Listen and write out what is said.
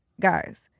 Guys